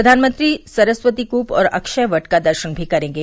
प्रवानमंत्री सरस्वती कृप और अक्षयवट का दर्शन भी करेंगे